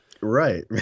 Right